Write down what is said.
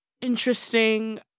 interesting